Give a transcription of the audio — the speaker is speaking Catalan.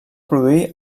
produir